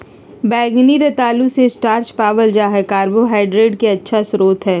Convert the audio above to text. बैंगनी रतालू मे स्टार्च पावल जा हय कार्बोहाइड्रेट के अच्छा स्रोत हय